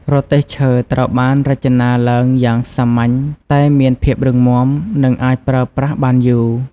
រទេះឈើត្រូវបានរចនាឡើងយ៉ាងសាមញ្ញតែមានភាពរឹងមាំ និងអាចប្រើប្រាស់បានយូរ។